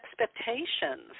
expectations